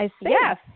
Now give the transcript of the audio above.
Yes